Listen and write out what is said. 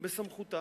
בסמכותה.